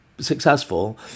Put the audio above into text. successful